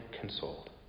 consoled